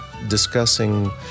discussing